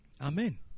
Amen